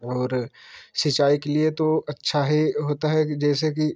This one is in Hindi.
और सिंचाई के लिए तो अच्छा है होता है कि जैसे की